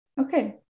Okay